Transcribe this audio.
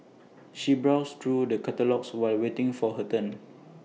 she browsed through the catalogues while waiting for her turn